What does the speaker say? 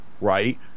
Right